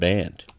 Band